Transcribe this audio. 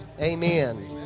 amen